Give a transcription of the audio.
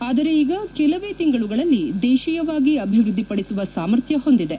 ಆದರೆ ಈಗ ಕೆಲವೇ ತಿಂಗಳುಗಳಲ್ಲಿ ದೇಶೀಯವಾಗಿ ಅಭಿವೃದ್ದಿ ಪಡಿಸುವ ಸಾಮರ್ಥ್ಯ ಹೊಂದಿದೆ